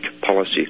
policy